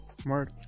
Smart